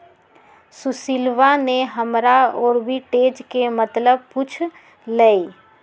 सुशीलवा ने हमरा आर्बिट्रेज के मतलब पूछ लय